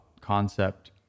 concept